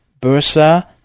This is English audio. Bursa